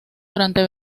durante